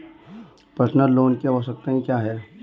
Personal loan की आवश्यकताएं क्या हैं?